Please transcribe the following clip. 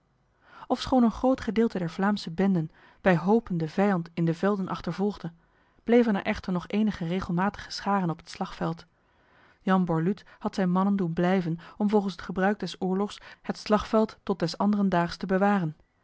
ofschoon een groot gedeelte der vlaamse benden bij hopen de vijand in de velden achtervolgde bleven er echter nog enige regelmatige scharen op het slagveld jan borluut had zijn mannen doen blijven om volgens het gebruik des oorlogs het slagveld tot des anderendaags te bewaren